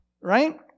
right